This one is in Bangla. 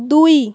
দুই